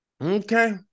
Okay